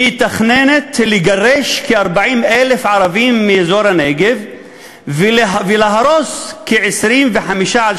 מתכננת לגרש כ-40,000 ערבים מאזור הנגב ולהרוס 25 30